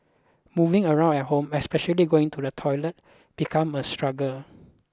moving around at home especially going to the toilet become a struggle